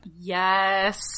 Yes